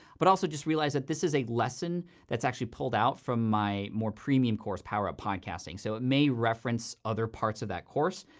but also, just realize that this is a lesson that's actually pulled out from my more premium course, power up podcasting, so it may reference other parts of that course.